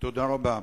תודה רבה.